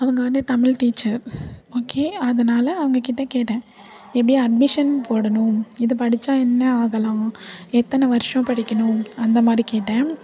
அவங்க வந்து Tamil teacher okay அதனால அவங்கக்கிட்ட கேட்டேன் எப்படி அட்மிஷன் போடணும் இது படித்தா என்ன ஆகலாம் எத்தனை வருஷம் படிக்கணும் அந்தமாதிரி கேட்டேன்